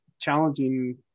challenging